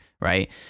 right